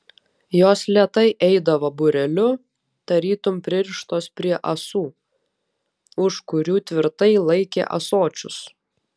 jos lėtai eidavo būreliu tarytum pririštos prie ąsų už kurių tvirtai laikė ąsočius